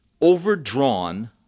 overdrawn